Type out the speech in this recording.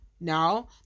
now